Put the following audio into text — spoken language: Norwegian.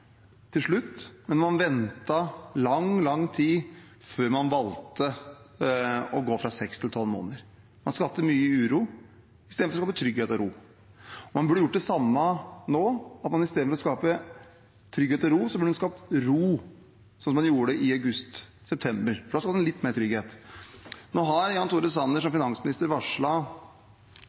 til slutt, men man ventet lang, lang tid før man valgte å gå fra 6 til 12 måneder. Man skapte mye uro istedenfor å skape trygghet og ro. Man burde gjort det samme nå. Istedenfor å skape utrygghet og uro burde man skapt ro, sånn som man gjorde i august/september, for da skapte man litt mer trygghet. Nå har Jan Tore Sanner som finansminister